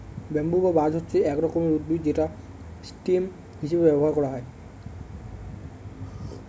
bamboo বা বাঁশ হচ্ছে এক রকমের উদ্ভিদ যেটা স্টেম হিসেবে ব্যবহার করা হয়